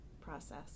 process